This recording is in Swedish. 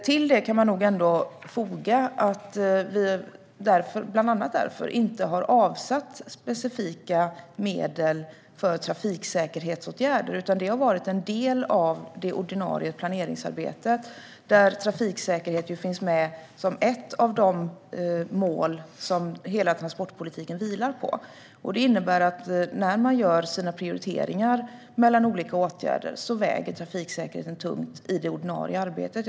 Till detta kan fogas att vi bland annat därför inte har avsatt specifika medel för trafiksäkerhetsåtgärder, utan det har varit en del av det ordinarie planeringsarbetet. Trafiksäkerhet finns med som ett av de mål som hela transportpolitiken vilar på. Det innebär att trafiksäkerheten väger tungt i det ordinarie arbetet när man prioriterar mellan olika åtgärder.